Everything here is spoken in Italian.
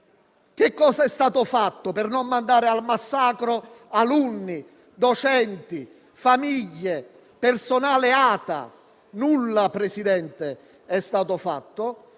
Che cosa è stato fatto per non mandare al massacro alunni, docenti, famiglie, personale ATA? Nulla, presidente Conte, è stato fatto.